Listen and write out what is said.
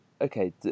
okay